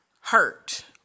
hurt